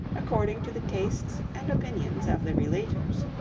according to the tastes and opinions of the relaters.